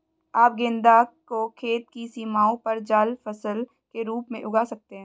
आप गेंदा को खेत की सीमाओं पर जाल फसल के रूप में उगा सकते हैं